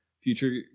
future